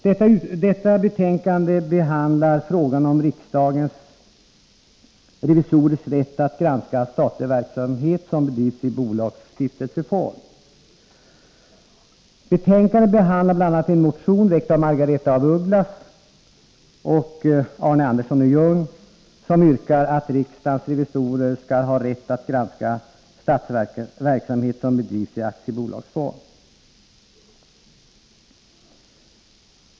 Detta betänkande behandlar frågan om riksdagens revisorers rätt att granska statlig verksamhet som drivs i bolagsoch stiftelseform. Betänkandet behandlar bl.a. en motion, väckt av Margaretha af Ugglas och Arne Andersson i Ljung, som yrkar att riksdagens revisorer skall har rätt att granska statsverksamhet som bedrivs i aktiebolagsform.